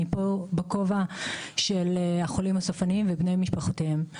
אני פה בכובע של החולים הסופניים ובני משפחותיהם.